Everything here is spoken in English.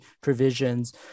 provisions